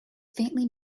faintly